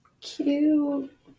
Cute